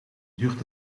duurt